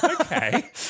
Okay